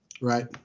right